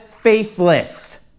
faithless